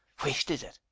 whisht, is it?